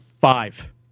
five